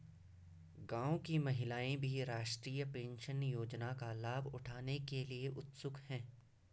गांव की महिलाएं भी राष्ट्रीय पेंशन योजना का लाभ उठाने के लिए उत्सुक हैं